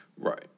Right